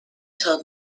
told